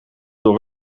door